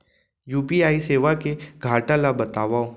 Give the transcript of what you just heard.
UPI सेवा के घाटा ल बतावव?